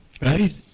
right